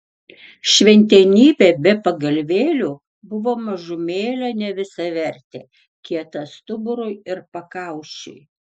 šventenybė be pagalvėlių buvo mažumėlę nevisavertė kieta stuburui ir pakaušiui